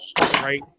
right